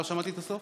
לא שמעתי את הסוף.